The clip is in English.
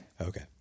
Okay